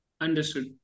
Understood